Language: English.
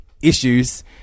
issues